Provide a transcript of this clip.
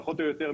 פחות או יותר,